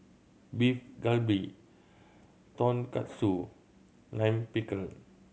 Beef Galbi Tonkatsu Lime Pickle